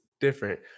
different